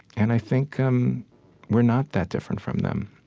and i think um we're not that different from them.